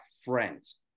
friends